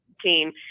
team